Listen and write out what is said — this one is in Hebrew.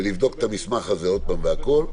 ונבדוק את המסמך הזה עוד פעם והכול,